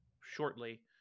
shortly